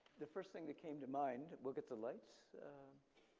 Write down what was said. the first thing that came to mind, we'll get the lights.